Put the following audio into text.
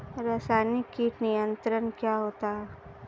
रसायनिक कीट नियंत्रण क्या होता है?